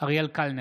אריאל קלנר,